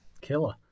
Killer